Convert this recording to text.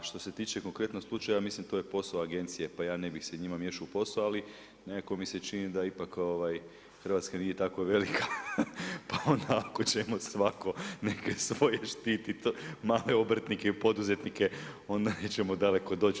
A što se tiče konkretnog slučaja ja mislim to je posao agencije pa ja ne bih se njima miješao u posao ali nekako mi se čini da ipak Hrvatska nije tako velika pa onda ako ćemo svako neke svoje štititi male obrtnike onda nećemo daleko doći.